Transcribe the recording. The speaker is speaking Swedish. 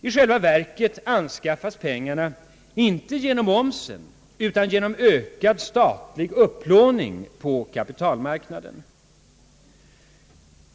I själva verket anskaffas pengarna inte genom omsättningsskatten utan genom ökad statlig upplåning på kapitalmarknaden.